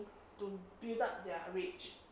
to to build up their rage